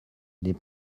les